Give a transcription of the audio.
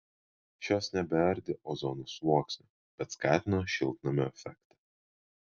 šios nebeardė ozono sluoksnio bet skatino šiltnamio efektą